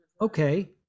Okay